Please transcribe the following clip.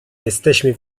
jesteśmy